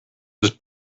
was